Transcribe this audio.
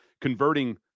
converting